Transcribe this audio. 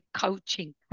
coaching